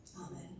Amen